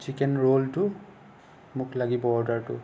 chicken ৰ'লটো মোক লাগিব অৰ্ডাৰটো